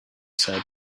said